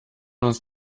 uns